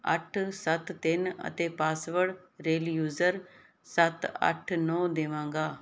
ਅੱਠ ਸੱਤ ਤਿੰਨ ਅਤੇ ਪਾਸਵਰਡ ਰੇਲਯੂਜ਼ਰ ਸੱਤ ਅੱਠ ਨੌਂ ਦੇਵਾਂਗਾ